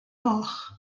goch